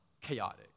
chaotic